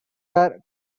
were